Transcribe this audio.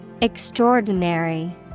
Extraordinary